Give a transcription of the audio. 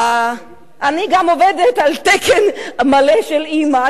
אני גם עובדת על תקן מלא של אמא.